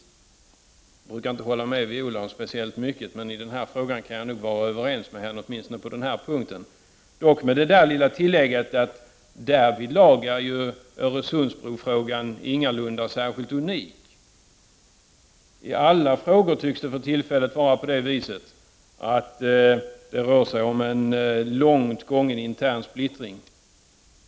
Jag brukar inte hålla med henne om speciellt mycket, men i denna fråga kan jag nog vara överens med henne åtminstone på denna punkt, dock med det lilla tillägget att Öresundsbrofrågan därvidlag ingalunda är särskilt unik. I alla frågor tycks det för tillfället vara på det sättet att det rör sig om en långt gången intern splittring.